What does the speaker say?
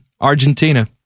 Argentina